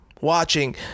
watching